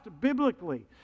biblically